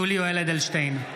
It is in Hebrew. (קורא בשמות חברי הכנסת) יולי יואל אדלשטיין,